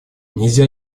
нельзя